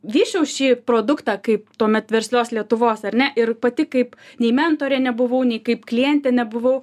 vysčiau šį produktą kaip tuomet verslios lietuvos ar ne ir pati kaip nei mentorė nebuvau nei kaip klientė nebuvau